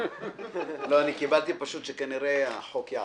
קיבלתי שכנראה החוק יעלה,